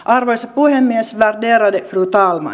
arvoisa puhemies värderade fru talman